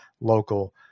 local